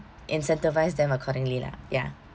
incentivize them accordingly lah ya